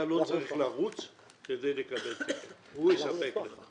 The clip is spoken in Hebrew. אתה לא צריך לרוץ כדי לקדם תקן, הוא יספק לך.